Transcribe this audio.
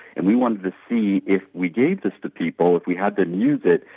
and we wanted to see if we gave this to people, if we had them use it,